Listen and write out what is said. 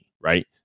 right